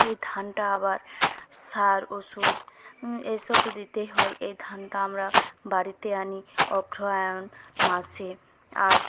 এই ধানটা আবার সার ওষুধ এই সব তো দিতেই হয় এই ধানটা আমরা বাড়িতে আনি অগ্রহায়ণ মাসে আর